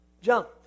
jump